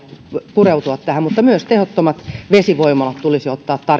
pureutua tähän mutta myös tehottomat vesivoimalat tulisi ottaa